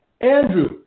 Andrew